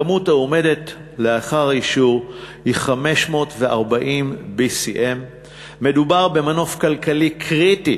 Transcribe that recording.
הכמות לאחר האישור היא 540 BCM. מדובר במנוף כלכלי קריטי,